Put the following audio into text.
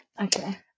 okay